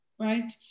Right